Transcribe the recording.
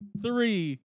three